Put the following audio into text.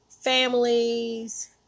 Families